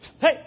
Hey